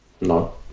No